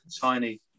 tiny